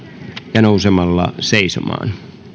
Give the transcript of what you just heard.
ja nousemalla seisomaan